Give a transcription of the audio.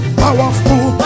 powerful